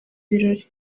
birori